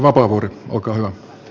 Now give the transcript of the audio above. arvoisa puhemies